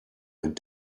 went